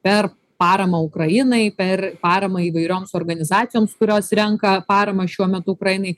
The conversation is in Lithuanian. per paramą ukrainai per paramą įvairioms organizacijoms kurios renka paramą šiuo metu ukrainai